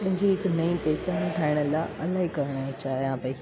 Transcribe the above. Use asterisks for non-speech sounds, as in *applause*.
मुंहिंजे हिकु नईं पहिचान ठाइणु लाइ इलाही घणा *unintelligible* पईं